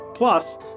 Plus